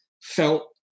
felt